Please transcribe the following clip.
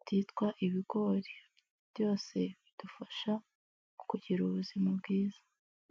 byitwa ibigori, byose bidufasha kugira ubuzima bwiza.